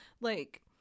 like-